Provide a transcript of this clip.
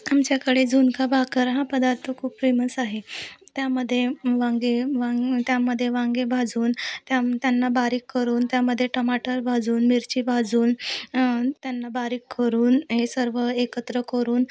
आमच्याकडे झुणका भाकर हा पदार्थ खूप फेमस आहे त्यामध्ये वांगे त्यामध्ये वांगे भाजून त्या त्यांना बारीक करून त्यामध्ये टमाटर भाजून मिरची भाजून त्यांना बारीक करून हे सर्व एकत्र करून